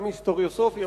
גם היסטוריוסופי,